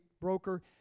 broker